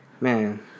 Man